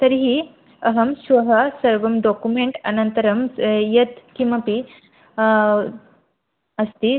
तर्हि अहं श्वः सर्वं डोकुमेण्ट् अनन्तरं यत्किमपि अस्ति